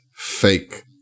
Fake